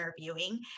interviewing